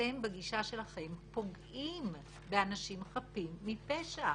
אתם בגישה שלכם פוגעים באנשים חפים מפשע.